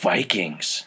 Vikings